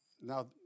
now